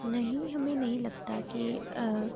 نہیں ہمیں نہیں لگتا کہ